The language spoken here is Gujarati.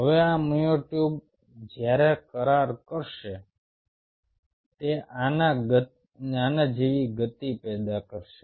હવે આ મ્યોટ્યુબ જ્યારે કરાર કરશે તે આના જેવી ગતિ પેદા કરશે